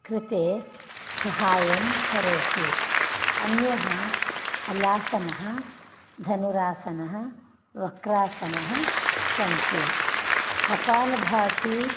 कृते सहाय्यं करोति अन्यः हलासनः धनुरासनः वक्रासनः सन्ति कपालभाति